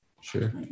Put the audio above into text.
Sure